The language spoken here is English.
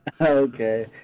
okay